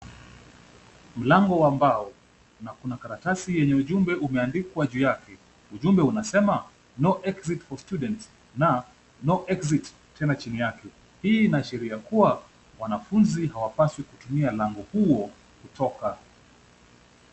Mlango wa mbao na kuna karatasi iliyoandikwa juu yake. Ujumbe unasema no eit for students na no exit tena chini yake. Hii inaashiria kuwa wanafunzi hawapaswi kutumia mlango huo kutoka.